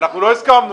אנחנו לא הסכמנו.